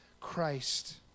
Christ